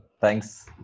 Thanks